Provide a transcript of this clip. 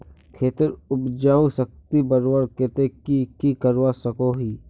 खेतेर उपजाऊ शक्ति बढ़वार केते की की करवा सकोहो ही?